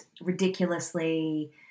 ridiculously